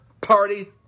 party